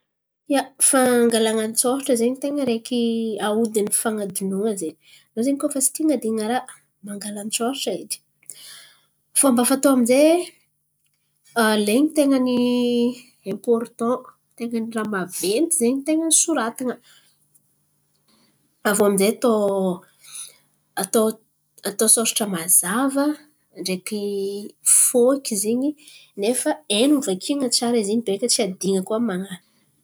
Ia, fangalan̈a an-tsôratra zen̈y ten̈a araiky aodin'ny fan̈adinoan̈a zen̈y. Anao zen̈y koa fa tsy ty han̈adin̈a raha, mangala an-tsôratra edy. Fômba fatao aminjay alain̈y ten̈a ny aimpôritan ten̈a ny raha maventy zen̈y ten̈a soratan̈a. Aviô aminjay atao atao atao sôratra mazava ndreky fôhiky zen̈y nefa hainao vakian̈a tsara izy in̈y beka tsy hadin̈a koa amy man̈araka.